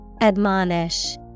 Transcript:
Admonish